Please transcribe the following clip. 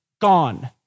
gone